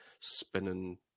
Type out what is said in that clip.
spinning